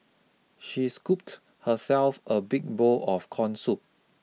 she scooped herself a big bowl of corn soup